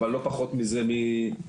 אבל לא פחות מזה מאתיופיה.